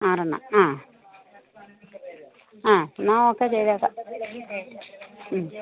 ആറ് എണ്ണം ആ ആ എന്നാൽ ഓക്കെ ചെയ്തേക്കാം ഉം